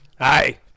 Hi